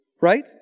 right